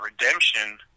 redemption